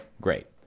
great